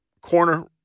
corner